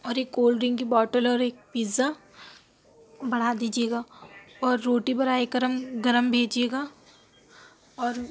اور ایک cold drink کی باٹل اور ایک پیزہ بڑھا دیجیے گا اور روٹی برائے کرم گرم بھیجیے گا اور